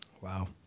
Wow